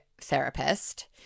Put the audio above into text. therapist